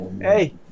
hey